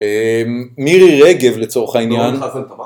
מירי רגב לצורך העניין